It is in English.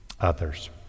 others